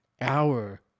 hour